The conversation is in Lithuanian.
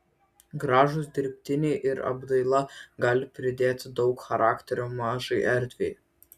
gražūs dirbtiniai ir apdaila gali pridėti daug charakterio mažai erdvei